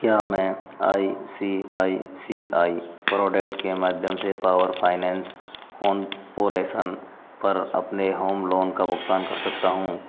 क्या मैं I C I C I product के माध्यम से पावर फाइनेंस कॉनपोरेशन पर अपने होम लोन का भुगतान कर सकता हूँ